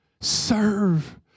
Serve